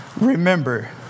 remember